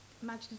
Imagine